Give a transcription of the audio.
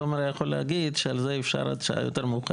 תומר יכול להגיד שאפשר להגיש על אלה עד שעה יותר מאוחרת,